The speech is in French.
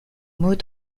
mot